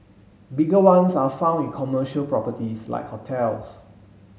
bigger ones are found in commercial properties like hotels